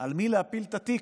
על מי להפיל את התיק.